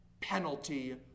penalty